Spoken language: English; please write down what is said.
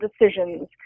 decisions